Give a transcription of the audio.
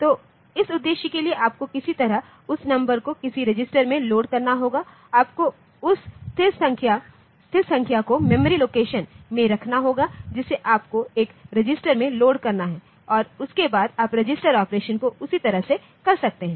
तो इस उद्देश्य के लिए आपको किसी तरह उस नंबर को किसी रजिस्टर में लोड करना होगा आपको उस स्थिर संख्या को मेमोरी लोकेशन में रखना होगा जिसे आपको एक रजिस्टर में लोड करना है और उसके बाद आप रजिस्टर ऑपरेशन को उसी तरह से कर सकते हैं